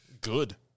Good